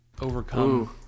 overcome